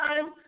time